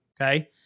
Okay